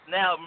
Now